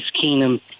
Keenum